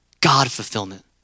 God-fulfillment